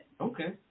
Okay